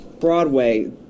Broadway